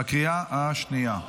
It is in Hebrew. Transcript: בקריאה השנייה.